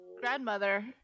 Grandmother